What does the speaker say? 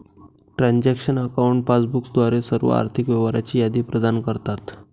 transaction accounts passbook द्वारे सर्व आर्थिक व्यवहारांची यादी प्रदान करतात